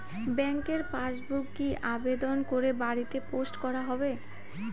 ব্যাংকের পাসবুক কি আবেদন করে বাড়িতে পোস্ট করা হবে?